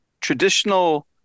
traditional